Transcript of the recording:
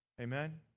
Amen